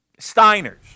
Steiners